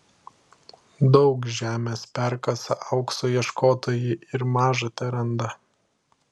daug žemės perkasa aukso ieškotojai ir maža teranda